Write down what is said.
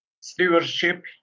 Stewardship